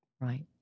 Right